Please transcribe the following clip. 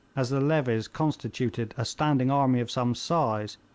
as the levies constituted a standing army of some size,